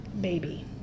baby